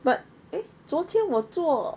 but eh 昨天我坐